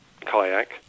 kayak